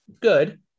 good